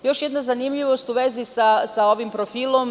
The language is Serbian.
Još jedna zanimljivost u vezi sa ovim profilom.